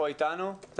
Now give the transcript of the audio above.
אני